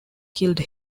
killed